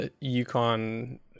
Yukon